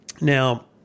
Now